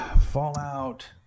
Fallout